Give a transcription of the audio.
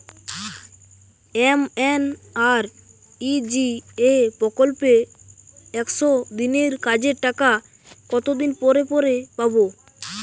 MNREGA প্রকল্পে একশ দিনের কাজের টাকা কতদিন পরে পরে পাব?